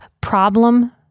problem